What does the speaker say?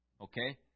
Okay